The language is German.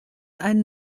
ein